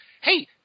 hey